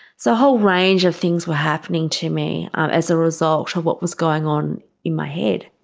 so a whole range of things were happening to me as a result of what was going on in my head.